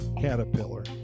Caterpillar